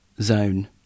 zone